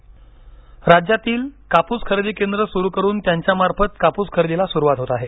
कापूस राज्यातील कापूस खरेदी केंद्रे सुरु करून त्यांच्यामार्फत कापूस खरेदीला सुरुवात होत आहे